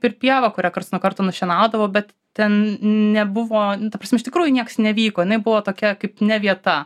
ir pieva kurią karts nuo karto nušienaudavo bet ten nebuvo ta prasme iš tikrųjų nieks nevyko jinai buvo tokia kaip ne vieta